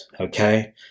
okay